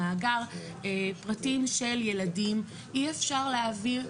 שמאגר פרטים של ילדים אי אפשר להעביר,